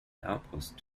outpost